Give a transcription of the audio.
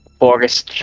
forest